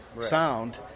sound